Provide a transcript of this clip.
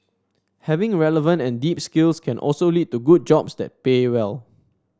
having relevant and deep skills can also lead to good jobs that pay well